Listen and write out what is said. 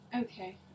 okay